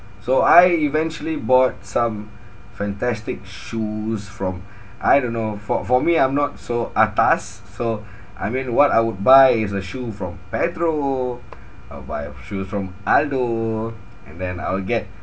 so I eventually bought some fantastic shoes from I don't know for for me I'm not so atas so I mean what I would buy is a shoe from pedro or buy a shoes from aldo and then I'll get